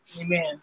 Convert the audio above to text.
Amen